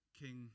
king